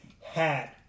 hat